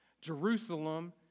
Jerusalem